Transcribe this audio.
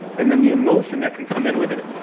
and then the emotion that can come in with it.